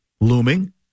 looming